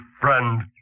friend